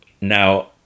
Now